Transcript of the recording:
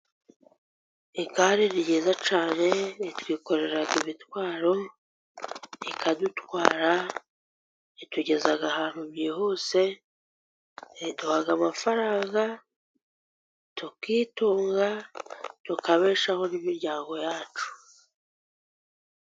Igare ni ryiza cyane, ritwikorerera imitwaro, rikadutwara ritugeza ahantu byihuse, riduha amafaranga, tukitunga, tukabeshaho n'imiryango yacu.